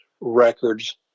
records